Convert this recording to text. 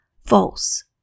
false